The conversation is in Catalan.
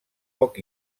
poc